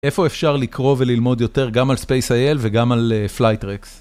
איפה אפשר לקרוא וללמוד יותר גם על SpaceIL וגם על Flightrex?